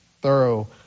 thorough